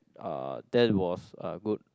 uh that was uh good